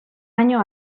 año